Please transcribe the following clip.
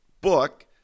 book